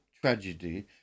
tragedy